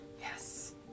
Yes